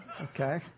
okay